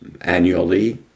annually